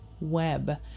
web